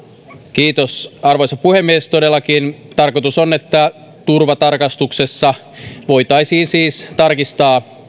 kiitos arvoisa puhemies todellakin tarkoitus on että turvatarkastuksessa voitaisiin siis tarkistaa